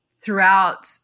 throughout